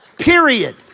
Period